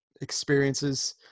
experiences